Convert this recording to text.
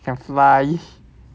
can fly